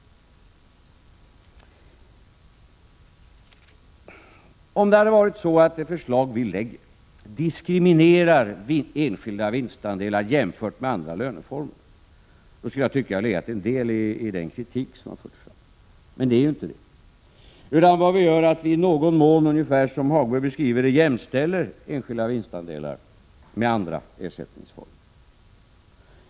Om det hade varit så att det förslag som vi lägger fram diskriminerar enskilda vinstandelar jämfört med andra löneformer, skulle jag ha tyckt att det hade legat en deli den kritik som har förts fram, men så är inte fallet. Vad vi gör är att vi i någon mån, ungefär som Lars-Ove Hagberg beskriver det, jämställer enskilda vinstandelar med andra ersättningsformer.